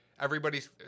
everybody's